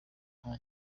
nta